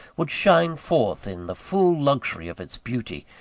would shine forth in the full luxury of its beauty,